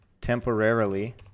temporarily